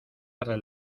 darle